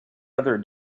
other